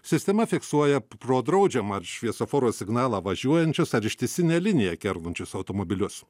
sistema fiksuoja pro draudžiamą ar šviesoforo signalą važiuojančius ar ištisinę liniją kertančius automobilius